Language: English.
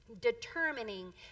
determining